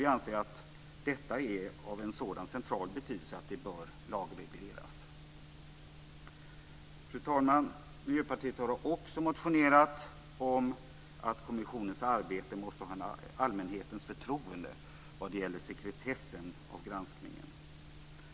Vi anser att detta är av så central betydelse att det bör lagregleras. Fru talman! Miljöpartiet har också motionerat om att kommissionens arbete måste ha allmänhetens förtroende vad gäller sekretessen i granskningen.